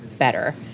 better